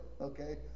okay